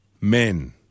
men